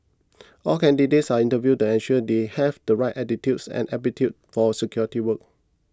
all candidates are interviewed then sure they have the right attitude and aptitude for security work